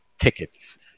tickets